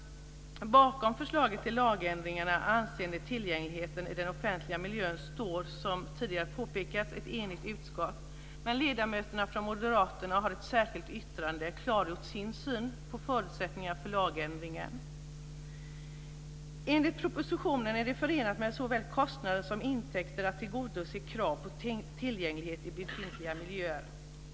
Bakom förslaget till lagändring avseende tillgängligheten i den offentliga miljön står, som tidigare påpekats, ett enigt utskott. Ledamöterna från Moderaterna har i ett särskilt yttrande klargjort sin syn på förutsättningarna för lagändringen. Enligt propositionen är det förenat med såväl kostnader som intäkter att tillgodose krav på tillgänglighet i befintliga miljöer.